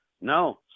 no